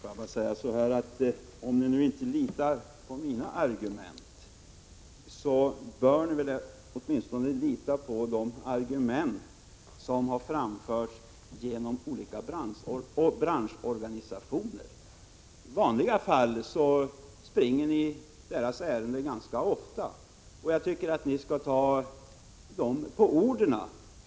Herr talman! Om ni nu inte litar på mina argument, Kjell Johansson och Karl-Anders Petersson, bör ni åtminstone lita på de argument som framförts av olika branschorganisationer — i vanliga fall springer ni deras ärenden ganska ofta. Jag tycker att ni skall ta dem på orden.